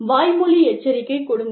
வாய்மொழி எச்சரிக்கை கொடுங்கள்